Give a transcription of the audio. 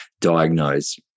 diagnose